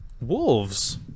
wolves